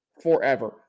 forever